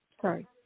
Sorry